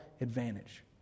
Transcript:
advantage